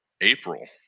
April